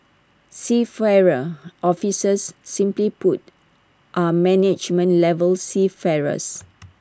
seafarer officers simply put are management level seafarers